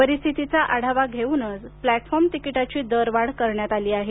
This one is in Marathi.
परिस्थितीचा आढावा घेउनच प्लॅटफॉर्म तिकिटाची दर वाढ करण्यात आली आहे